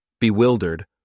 Bewildered